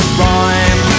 rhyme